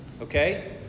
Okay